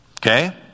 Okay